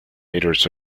metres